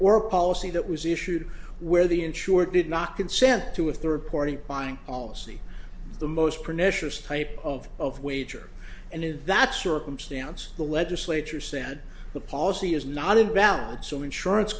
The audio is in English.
or policy that was issued where the insured did not consent to a third party buying policy the most pernicious type of of wager and in that circumstance the legislature said the policy is not invalid so insurance